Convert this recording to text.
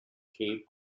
cape